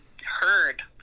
heard